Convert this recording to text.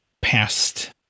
past